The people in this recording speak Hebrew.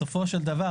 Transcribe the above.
בסופו של דבר,